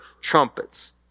trumpets